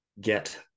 get